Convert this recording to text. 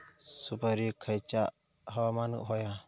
सुपरिक खयचा हवामान होया?